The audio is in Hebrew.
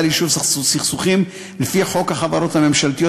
ליישוב סכסוכים לפי חוק החברות הממשלתיות,